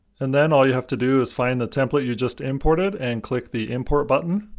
and then all you have to do is find the template you just imported and click the import button.